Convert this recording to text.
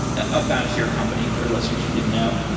ah upbound is your company for listeners who didn't know,